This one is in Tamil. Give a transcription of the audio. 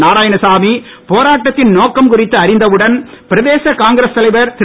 நாராயணசாமி போராட்டத்தின் நோக்கம் குறித்து அறிந்தவுடன் பிரதேச காங்கிரஸ் தலைவர் திரு